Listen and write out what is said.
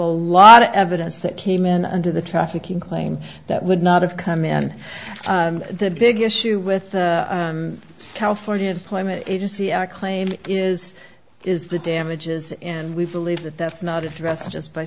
a lot of evidence that came in under the trafficking claim that would not have come in the big issue with california employment agency our claim is is the damages and we believe that that's not addressed just by